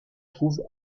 trouve